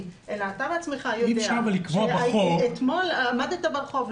אלא אתה בעצמך יודע שאתמול עמדת ברחוב,